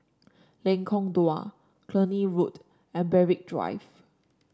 Lengkong Dua Cluny Road and Berwick Drive